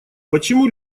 почему